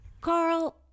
Carl